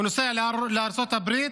הוא נוסע לארצות הברית,